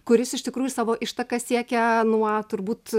kuris iš tikrųjų savo ištakas siekia nuo turbūt